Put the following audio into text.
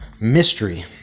Mystery